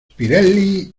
pirelli